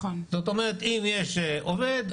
זאת אומרת שאם יש עובד,